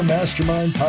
Mastermind